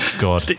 God